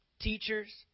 teachers